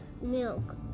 milk